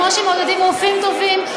כמו שמעודדים רופאים טובים,